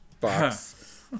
box